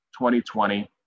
2020